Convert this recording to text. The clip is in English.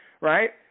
right